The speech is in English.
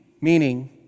meaning